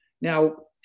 Now